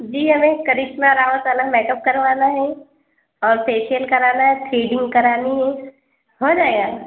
جی ہمیں کرشما راوت والا make up کروانا ہے اور فیشئل کرانا ہے تھریڈنگ کرانی ہے ہو جائے گا